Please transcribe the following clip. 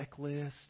checklist